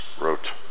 wrote